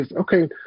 okay